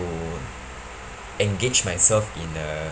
engage myself in a